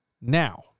Now